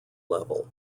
level